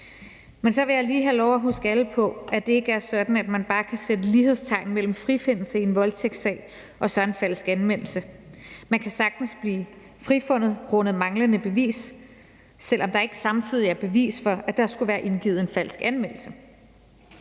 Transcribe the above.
Men så jeg lige have lov til at huske alle på, at det ikke er sådan, at man bare kan sætte lighedstegn mellem frifindelse i en voldtægtssag og så en falsk anmeldelse. Man kan sagtens blive frifundet på grund af manglende bevis, selv om der ikke samtidig er bevis for, at der skulle være indgivet en falsk anmeldelse.